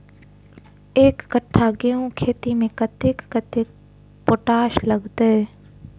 एक कट्ठा गेंहूँ खेती मे कतेक कतेक पोटाश लागतै?